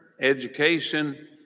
education